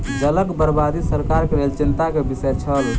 जलक बर्बादी सरकार के लेल चिंता के विषय छल